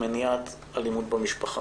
מניעת אלימות במשפחה.